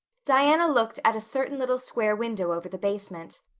diana looked at a certain little square window over the basement.